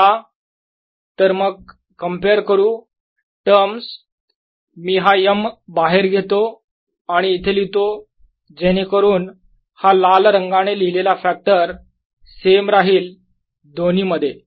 rr mr3 mmz Br04π3mcosθr mcosθr sinθr304π2mcosθrmsinθr3 चला तर मग कम्पेअर करू टर्म्स मी हा m बाहेर घेतो आणि इथे लिहितो जेणेकरून हा लाल रंगाने लिहिलेला फॅक्टर सेम राहील दोन्हीमध्ये